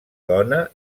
dona